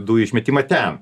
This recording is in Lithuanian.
dujų išmetimą ten